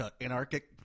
anarchic